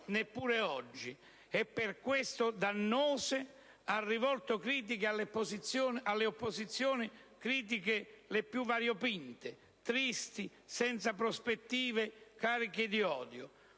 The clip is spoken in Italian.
neppure oggi) e per questo dannose, ha rivolto critiche alle opposizioni, le più variopinte: tristi, senza prospettive, cariche di odio.